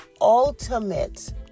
ultimate